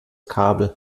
kabel